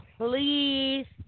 please